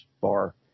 bar